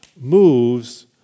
moves